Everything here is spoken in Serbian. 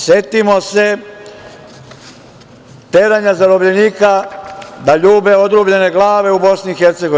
Setimo se teranja zarobljenika ljube odrubljene glave u BiH.